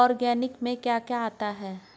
Organic में क्या क्या आता है?